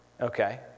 Okay